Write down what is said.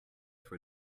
for